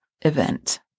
event